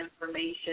information